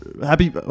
Happy –